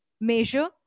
measure